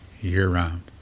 year-round